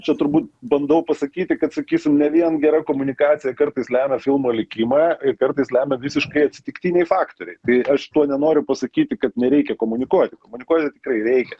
čia turbūt bandau pasakyti kad sakysim ne vien gera komunikacija kartais lemia filmo likimą kartais lemia visiškai atsitiktiniai faktoriai tai aš tuo nenoriu pasakyti kad nereikia komunikuoti komunikuoti tikrai reikia